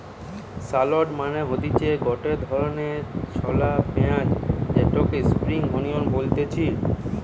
shallot মানে হতিছে গটে ধরণের ছলা পেঁয়াজ যেটাকে স্প্রিং আনিয়ান বলতিছে